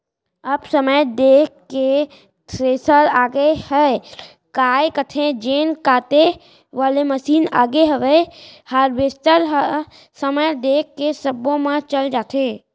अब समय देख के थेरेसर आगे हयय, काय कथें तेन काटे वाले मसीन आगे हवय हारवेस्टर ह समय देख के सब्बो म चल जाथे